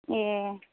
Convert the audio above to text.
ए